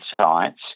science